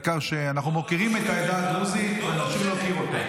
העיקר שאנחנו מוקירים את העדה הדרוזית ונמשיך להוקיר אותה.